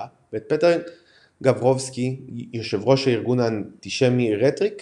ואת פטר גברובסקי יושב ראש הארגון האנטישמי רטניק